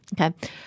okay